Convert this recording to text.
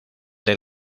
del